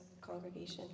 congregation